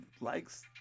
likes